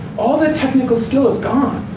all their techincal skill is gone.